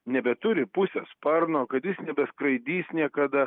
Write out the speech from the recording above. nebeturi pusės sparno kad jis nebeskraidys niekada